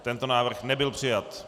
Tento návrh nebyl přijat.